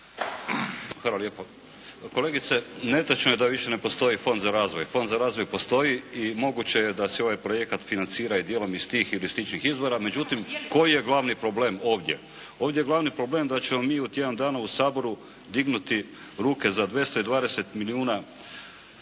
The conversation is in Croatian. Hvala lijepo. Kolegice, netočno je da više ne postoji Fond za razvoj. Fond za razvoj postoji i moguće je da se ovaj projekat financira i dijelom iz tih ili sličnih izvora, međutim koji je glavni problem ovdje? Ovdje je glavni problem da ćemo mi u tjedan dana u Saboru dignuti ruke za 220 milijuna